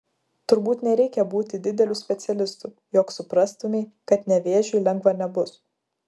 turbūt nereikia būti dideliu specialistu jog suprastumei kad nevėžiui lengva nebus